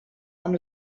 amb